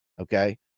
Okay